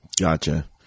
Gotcha